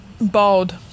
Bald